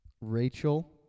Rachel